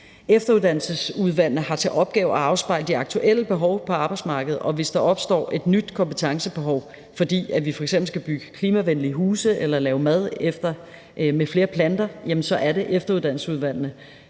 Efteruddannelsesudvalgene har til opgave at afspejle de aktuelle behov på arbejdsmarkedet, og hvis der opstår et nyt kompetencebehov, fordi vi f.eks. skal bygge klimavenlige huse eller lave mad med flere planter, jamen så er det efteruddannelsesudvalgene,